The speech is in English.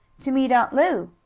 to meet aunt lu,